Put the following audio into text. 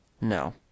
No